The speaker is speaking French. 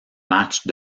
match